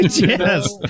Yes